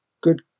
good